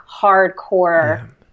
hardcore